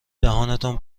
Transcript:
دهانتان